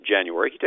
January